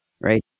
Right